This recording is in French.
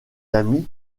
amis